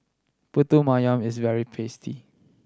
pulut is very tasty